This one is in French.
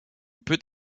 peut